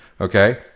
okay